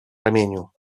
ramieniu